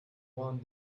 one